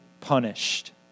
punished